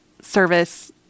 service